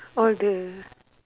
oh the